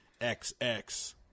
XX